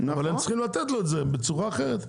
אבל הם צריכים לתת לו את זה בצורה אחרת.